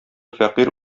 фәкыйрь